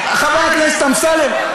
חבר הכנסת אמסלם,